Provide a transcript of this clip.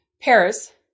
Paris